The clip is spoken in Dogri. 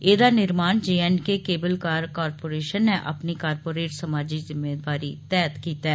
एहदा निर्माण जेएंडके केबल कार कोपोरषन नै अपनी कारपोरेट समाजी जिम्मेदारी दे तैहत कीता ऐ